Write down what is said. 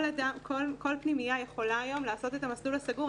כל פנימייה יכולה היום לעשות את המסלול הסגור.